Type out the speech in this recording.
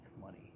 money